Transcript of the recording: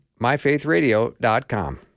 MyFaithRadio.com